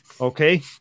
okay